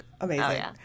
Amazing